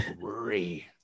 worry